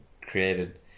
created